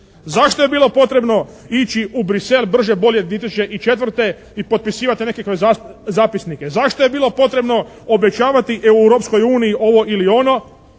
Zašto je bilo potrebno ići u Bruxelles brže bolje 2004. i potpisivati nekakve zapisnike? Zašto je bilo potrebno obećavati Europskoj uniji ovo